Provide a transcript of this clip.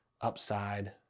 upside